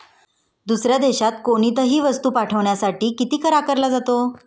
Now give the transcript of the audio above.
दुसऱ्या देशात कोणीतही वस्तू पाठविण्यासाठी किती कर आकारला जातो?